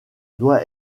doit